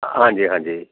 ਹਾਂਜੀ ਹਾਂਜੀ